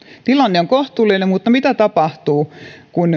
tilanne on kohtuullinen mutta mitä tapahtuu kun